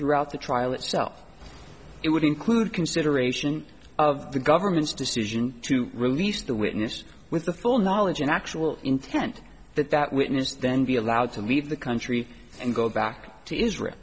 throughout the trial itself it would include consideration of the government's decision to release the witness with the full knowledge and actual intent that that witness then be allowed to leave the country and go back to israel